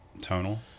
Tonal